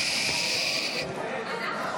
הצבעה שמית (קוראת בשמות חברי הכנסת)